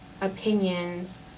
opinions